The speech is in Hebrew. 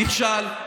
נכשל.